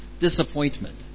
disappointment